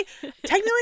technically